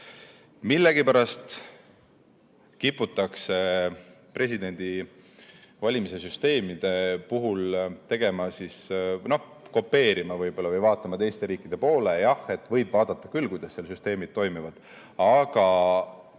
Millegipärast kiputakse presidendivalimise süsteemide puhul kopeerima [teisi riike] või vaatama teiste riikide poole. Jah, võib vaadata küll, kuidas seal süsteemid toimivad, aga